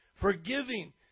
Forgiving